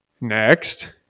Next